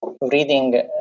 reading